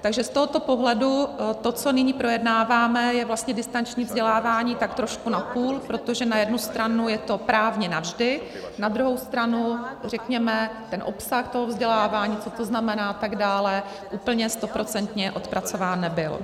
Takže z tohoto pohledu to, co nyní projednáváme, je vlastně distanční vzdělávání tak trošku napůl, protože na jednu stranu je to právně navždy, na druhou stranu, řekněme, obsah toho vzdělávání, co to znamená a tak dále, úplně stoprocentně odpracován nebyl.